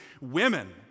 women